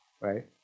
right